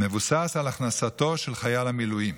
מבוסס על הכנסתו של חייל המילואים,